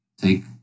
take